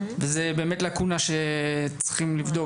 וזאת לקונה שצריכים לבדוק.